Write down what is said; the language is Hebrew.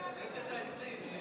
בכנסת העשרים.